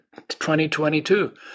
2022